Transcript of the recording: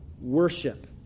worship